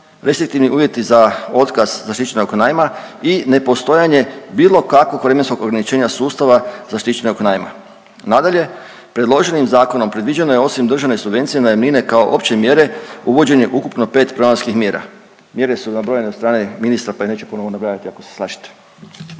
restriktivni uvjeti za otkaz zaštićenog najma i nepostojanje bilo kakvog vremenskog ograničenja sustava zaštićenog najma. Nadalje, predloženim zakonom predviđeno je osim državne subvencije najamnine kao opće mjere, uvođenje ukupno 5 programskih mjera, mjere su nabrojane od strane ministra, pa ih neću ponovo nabrajati ako se slažete.